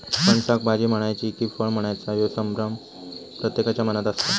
फणसाक भाजी म्हणायची कि फळ म्हणायचा ह्यो संभ्रम प्रत्येकाच्या मनात असता